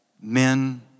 men